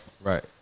Right